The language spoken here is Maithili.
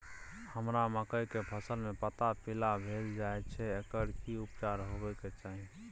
हमरा मकई के फसल में पता पीला भेल जाय छै एकर की उपचार होबय के चाही?